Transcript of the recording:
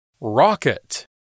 Rocket